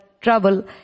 trouble